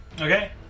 Okay